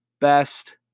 best